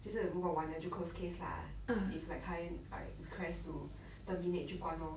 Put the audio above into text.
就是如果完了就 close case lah if like client like request to terminate 就关 lor